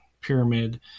pyramid